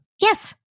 Yes